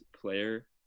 player